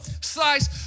Slice